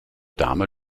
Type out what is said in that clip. dame